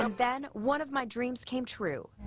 um then one of my dreams came true.